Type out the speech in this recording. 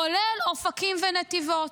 כולל אופקים ונתיבות.